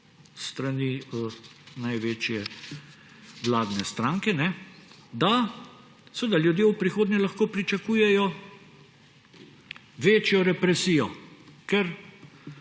največje vladne stranke, da seveda ljudje v prihodnje lahko pričakujejo večjo represijo, ker